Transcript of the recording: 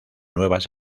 nuevas